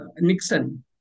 Nixon